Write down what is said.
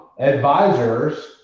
advisors